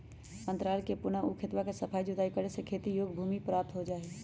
अंतराल में पुनः ऊ खेतवा के सफाई जुताई करके खेती योग्य भूमि प्राप्त हो जाहई